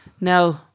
no